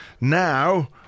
now